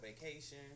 vacation